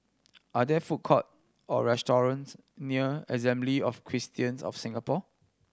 are there food court or restaurants near Assembly of Christians of Singapore